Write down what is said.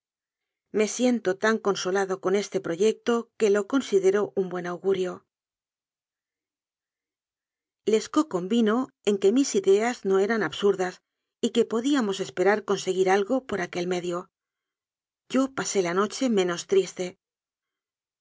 me siento tan consolado con este pro yecto que lo considero un buen augurio lescaut convino en que mis ideas no eran ab surdas y que podíamos esperar conseguir algo por aquel medio yo pasé la noche menos triste